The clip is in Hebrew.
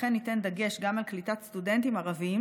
וכן נשים דגש על קליטת סטודנטים ערבים